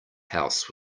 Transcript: house